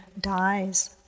dies